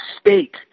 state